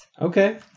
Okay